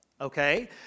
Okay